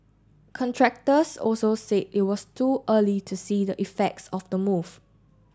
contractors also said it was too early to see the effects of the move